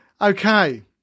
Okay